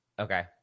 Okay